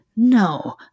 No